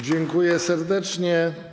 Dziękuję serdecznie.